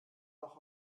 noch